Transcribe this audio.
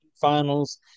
finals